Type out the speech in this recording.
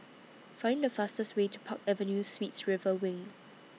Find The fastest Way to Park Avenue Suites River Wing